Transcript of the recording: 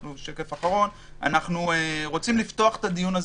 אנחנו רוצים לפתוח את הדיון,